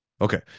Okay